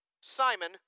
Simon